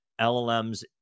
LLMs